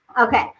okay